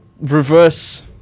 Reverse